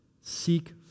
seek